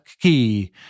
key